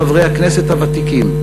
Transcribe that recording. חברי הכנסת הוותיקים,